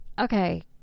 okay